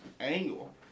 angle